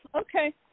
Okay